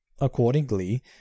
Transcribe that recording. Accordingly